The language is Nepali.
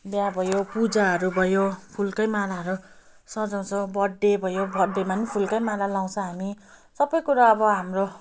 बिहा भयो पूजाहरू भयो फुलकै मालाहरू सजाउँछौँ बर्थडे भयो बर्थडेमा पनि फुलकै माला लगाउँछ हामी सबै कुरा अब हाम्रो